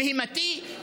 בהמי,